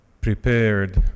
prepared